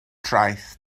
traeth